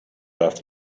after